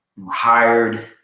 hired